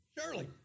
surely